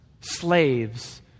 slaves